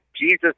Jesus